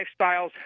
lifestyles